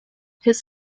his